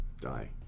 die